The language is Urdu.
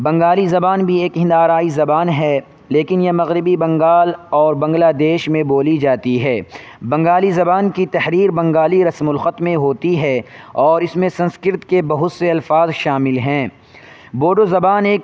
بنگالی زبان بھی ایک ہند آرائی زبان ہے لیکن یہ مغربی بنگال اور بنگلہ دیش میں بولی جاتی ہے بنگالی زبان کی تحریر بنگالی رسم الخط میں ہوتی ہے اور اس میں سنسکرت کے بہت سے الفاظ شامل ہیں بوڈو زبان ایک